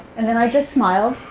and then i just smiled.